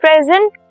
Present